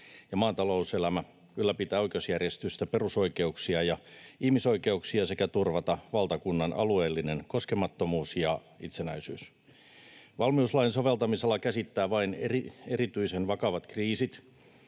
maan talouselämä, ylläpitää oikeusjärjestystä, perusoikeuksia ja ihmisoikeuksia sekä turvata valtakunnan alueellinen koskemattomuus ja itsenäisyys. Valmiuslain soveltamisala käsittää vain erityisen vakavat kriisit,